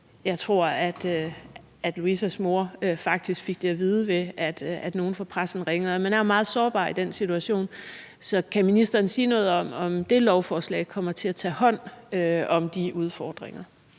Jeg tror, at Louisas mor faktisk fik det at vide ved, at nogle fra pressen ringede. Man er jo meget sårbar i den situation. Kan ministeren sige noget om, om det lovforslag kommer til at tage hånd om de udfordringer?